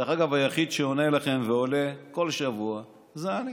דרך אגב, היחיד שעונה לכם ועולה כל שבוע זה אני.